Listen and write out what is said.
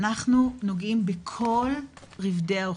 אנחנו נוגעים בכל רבדי האוכלוסייה,